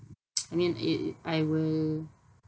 I mean it it I will